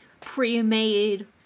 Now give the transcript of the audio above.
pre-made